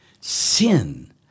Sin